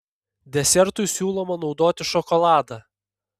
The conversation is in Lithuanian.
desertui siūloma naudoti šokoladą